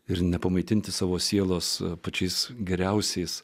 ir nepamaitinti savo sielos pačiais geriausiais